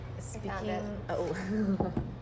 Speaking